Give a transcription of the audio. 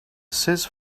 says